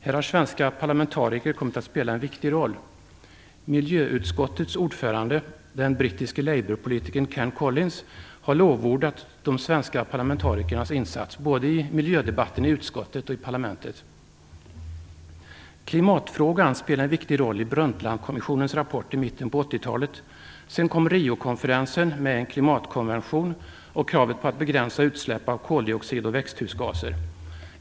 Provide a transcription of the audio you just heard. Här har svenska parlamentariker kommit att spela en viktig roll. Miljöutskottets ordförande, den brittiske labourpolitikern Ken Colins, har lovordat de svenska parlamentarikernas insats i miljödebatten både i utskottet och i parlamentet. Klimatfrågan spelar en viktig roll i Brundtlandkommissionens rapport från mitten av 80-talet. Sedan kom Riokonferensen med en klimatkonvention och kravet på begränsade utsläpp av koldioxid och växthusgaser.